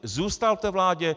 Zůstal v té vládě.